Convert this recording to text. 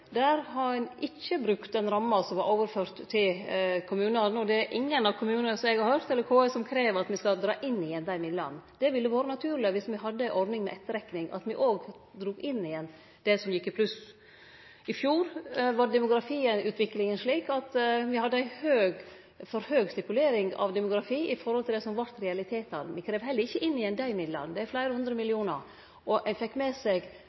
Der har ein ikkje brukt den ramma som vert overført til kommunane, og det er ingen av kommunane – ettersom eg har høyrt, eller KS – som krev at me skal dra inn igjen dei midlane. Det hadde vore naturleg viss me hadde ei ordning med etterrekning, at me òg dreiv inn igjen det som gjekk i pluss. I fjor var demografiutviklinga slik at vi hadde ei for høg stipulering av demografi i forhold til det som vart realitetane. Me krev heller ikkje inn igjen dei midlane – det er fleire hundre millionar. Ein fekk med seg